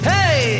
Hey